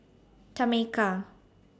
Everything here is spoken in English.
Tameka